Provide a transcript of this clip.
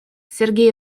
сергей